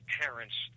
parents